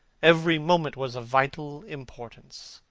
every moment was of vital importance.